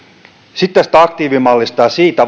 sitten tästä aktiivimallista ja siitä